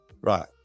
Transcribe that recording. Right